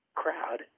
crowd